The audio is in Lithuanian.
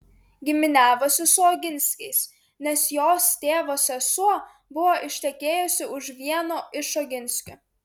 giminiavosi su oginskiais nes jos tėvo sesuo buvo ištekėjusi už vieno iš oginskių